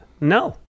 No